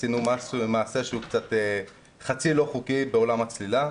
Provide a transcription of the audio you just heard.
עשינו מעשה שהוא קצת חצי לא חוקי בעולם הצלילה,